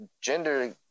gender